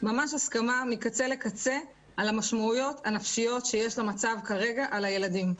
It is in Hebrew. ממש הסכמה מקצה לקצה על המשמעויות הנפשיות שיש למצב כרגע על הילדים.